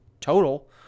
total